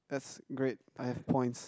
that's great I have points